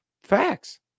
facts